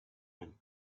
and